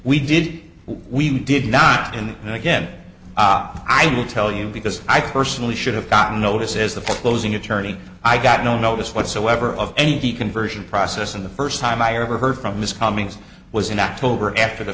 we did we did not and then again i will tell you because i personally should have gotten notice as the foreclosing attorney i got no notice whatsoever of any conversion process and the first time i ever heard from ms cummings was in october after the